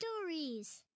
Stories